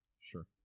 Sure